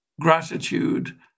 gratitude